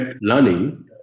learning